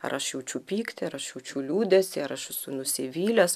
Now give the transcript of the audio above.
ar aš jaučiu pyktį ar aš jaučiu liūdesį ar aš esu nusivylęs